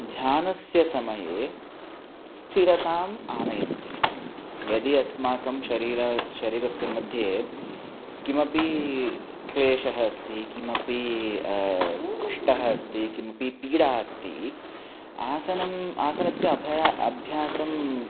ध्यानस्य समये स्थिरताम् आनयन्ति यदि अस्माकं शरीरं शरीरस्य मध्ये किमपि क्लेशः अस्ति किमपि कष्टम् अस्ति किमपि पीडा अस्ति आसनम् आसनस्य अभयम् अभ्यासम्